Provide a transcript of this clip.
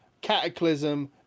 cataclysm